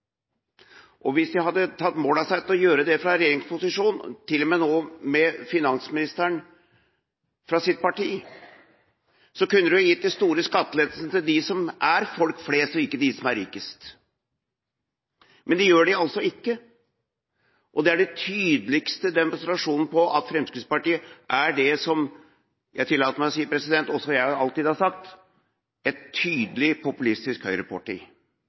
flest. Hvis de hadde tatt mål av seg til å gjøre det fra regjeringsposisjon, til og med nå med finansministeren fra sitt parti, kunne de gitt de store skattelettelsene til folk flest, og ikke til dem som er rikest. Men det gjør de altså ikke. Det er den tydeligste demonstrasjonen på at Fremskrittspartiet er det som jeg tillater meg å si – og som jeg alltid har sagt – nemlig et tydelig populistisk høyreparti,